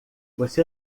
você